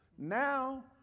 Now